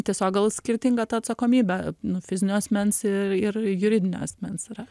tiesiog gal skirtinga ta atsakomybė nu fizinio asmens ir ir juridinio asmens yra